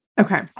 Okay